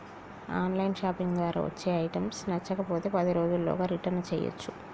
on line shopping ద్వారా వచ్చే items నచ్చకపోతే పది రోజుల్లోగా రిటర్న్ చేయ్యచ్చు